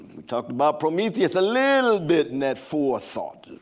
we talked about prometheus a little bit in that forethought.